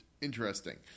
interesting